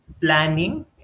planning